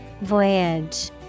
Voyage